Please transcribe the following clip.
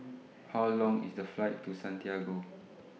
How Long IS The Flight to Santiago